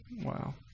Wow